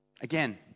Again